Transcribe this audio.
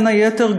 בין היתר,